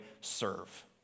serve